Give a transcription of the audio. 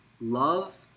love